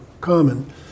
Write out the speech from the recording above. common